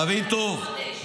תבין טוב,